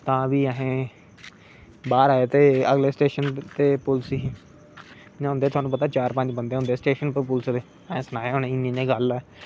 तां बी आसे बाहर आए ते अगले स्टेशन पुलस ही इयां होंदा थुहानू पता चार पंज बंदे होंदे स्टेशन उप्पर पुलस दे आसें सनाया उनेंगी इयां गल्ल ऐ